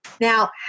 now